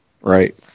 Right